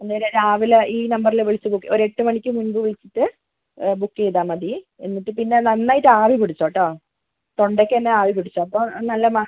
അന്നേരം രാവിലെ ഈ നമ്പരിൽ വിളിച്ചു ബുക്ക് ഒരു എട്ടുമണിക്ക് മുൻപ് വിളിച്ചിട്ട് ബുക്ക് ചെയ്താൽ മതി എന്നിട്ട് പിന്നെ നന്നായിട്ട് ആവി പിടിച്ചോ കേട്ടോ തൊണ്ടയ്ക്ക് തന്നെ ആവിപിടിച്ചോ അപ്പോൾ നല്ല മാ